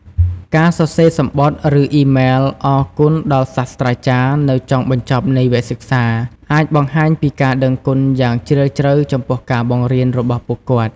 ការសរសេរសំបុត្រ ឬអ៊ីមែលអរគុណដល់សាស្រ្តាចារ្យនៅចុងបញ្ចប់នៃវគ្គសិក្សា អាចបង្ហាញពីការដឹងគុណយ៉ាងជ្រាលជ្រៅចំពោះការបង្រៀនរបស់ពួកគាត់។